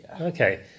Okay